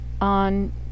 on